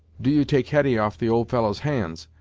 do you take hetty off the old fellow's hands,